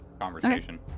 conversation